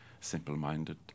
simple-minded